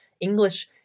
English